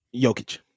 Jokic